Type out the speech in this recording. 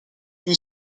une